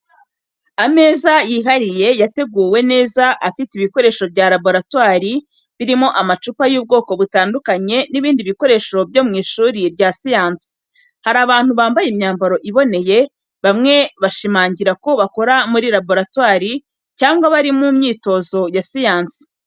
Ameza yihariye yateguwe neza afite ibikoresho bya laboratwari birimo amacupa y’ubwoko butandukanye n'ibindi bikoresho byo mu ishuri rya siyansi. Hari abantu bambaye imyambaro iboneye, bamwe bashimangira ko bakora muri laboratwari cyangwa bari mu myitozo ya siyansi.